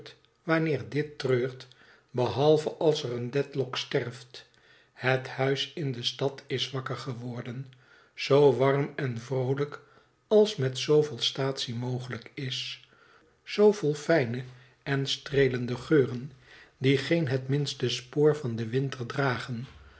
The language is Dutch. wanneer dit treurt behalve als er een dedlock sterft het huis in de stad is wakker geworden zoo warm en vroolijk als met zooveel staatsie mogelijk is zoo vol fijne en streelende geuren die geen het minste spoor van den winter dragen